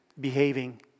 behaving